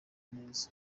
neza